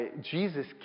Jesus